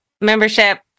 membership